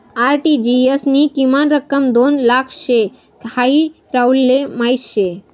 RTGS नी किमान रक्कम दोन लाख शे हाई राहुलले माहीत शे